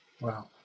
Wow